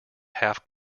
half